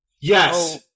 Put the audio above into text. yes